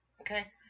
Okay